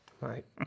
Right